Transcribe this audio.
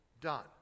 done